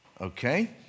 Okay